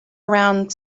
around